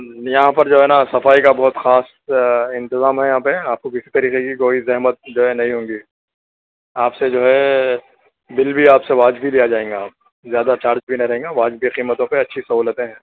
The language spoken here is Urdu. یہاں پر جو ہے نا صفانی کا بہت خاص انتظام ہے یہاں پہ آپ کو کسی طرح کی کوئی زحمت جو ہے نہیں ہوں گی آپ سے جو ہے بل بھی آپ سے واجبی لیا جائیں گا آپ زیادہ چارج بھی نہیں رہیں گا واجبی قیمتوں پہ اچھی سہولتیں ہیں